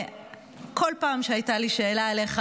בכל פעם שהייתה לי שאלה אליך,